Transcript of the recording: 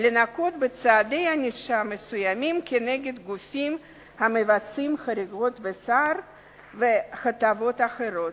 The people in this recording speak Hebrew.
לנקוט צעדי ענישה מסוימים נגד גופים המבצעים חריגות בשכר ובהטבות אחרות,